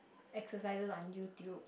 exercises on YouTube